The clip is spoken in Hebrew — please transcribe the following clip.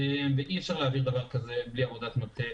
ואי-אפשר להעביר דבר כזה בלי עבודת מטה